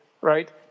right